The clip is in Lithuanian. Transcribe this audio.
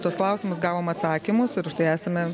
tuos klausimus gavom atsakymus ir už tai esame